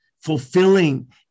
fulfilling